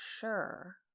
sure